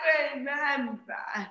remember